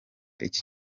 iki